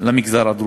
למגזר הדרוזי.